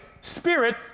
spirit